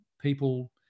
People